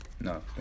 No